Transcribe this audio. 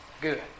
good